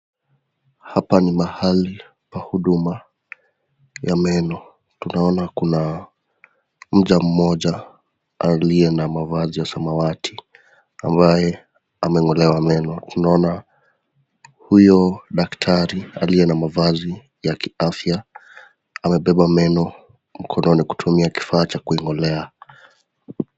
Hapa ni mahali pa huduma ya meno. Tunaona Kuna mja mmoja aliye na mavazi ya samawati ambaye ameng'olewa meno. Tunaona huyo daktari aliye na mavazi ya kiafya amebeba meno mkononi kutumia kifaa cha kuing'olea.